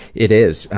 it is.